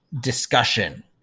discussion